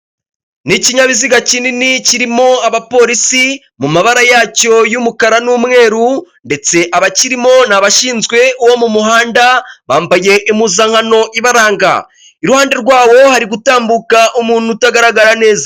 Ni ikinyabiziga kinini kirimo abapolisi mu mabara yacyo y'umukara n'umweru ndetse abakirimo ni abashinzwe uwo mu muhanda bambaye impuzankano ibaranga, iruhande rwabo hari gutambuka umuntu utagaragara neza.